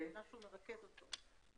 רק שהוא מרכז אותו.